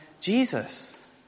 Jesus